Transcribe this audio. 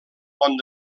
pont